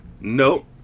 Nope